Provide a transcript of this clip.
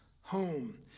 home